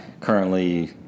currently